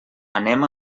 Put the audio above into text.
anem